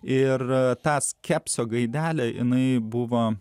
ir ta skepsio gaidelė jinai buvo